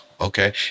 okay